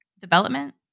development